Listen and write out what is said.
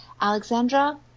Alexandra